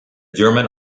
german